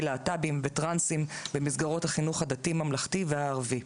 להט"בים וטרנסים במסגרות החינוך הדתי ממלכתי והערבי.